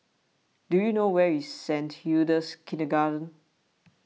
do you know where is Saint Hilda's Kindergarten